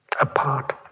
apart